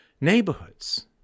neighborhoods